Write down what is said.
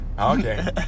Okay